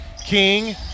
King